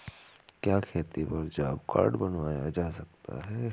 क्या खेती पर जॉब कार्ड बनवाया जा सकता है?